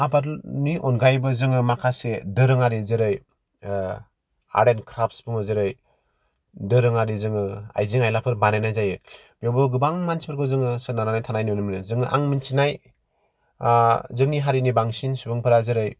आबादनि अनगायैबो जोङो माखासे दोरोङारि जेरै ओ आर्ट एण्ड क्राफ्टस होनो जेरै दोरोङारि जोङो आयजें आयलाफोर बानायनाय जायो बेयावबो गोबां मोनसिफोरखौ जों सोनारनानै थानायखौ नुनो मोनो जों आं मिथिनाय आ जोंनि हारिनि बांसिन सुबुंफोरा जेरै